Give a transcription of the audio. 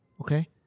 okay